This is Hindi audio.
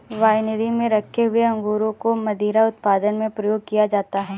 वाइनरी में रखे हुए अंगूरों को मदिरा उत्पादन में प्रयोग किया जाता है